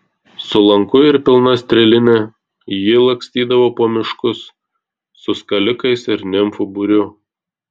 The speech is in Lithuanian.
su lanku ir pilna strėline ji lakstydavo po miškus su skalikais ir nimfų būriu